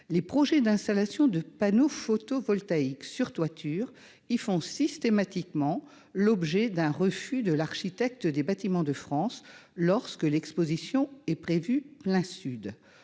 les projets d'installation de panneaux photovoltaïques sur toitures ils font systématiquement l'objet d'un refus de l'architecte des Bâtiments de France lorsque l'Exposition est prévu plein sud,